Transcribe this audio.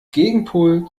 gegenpol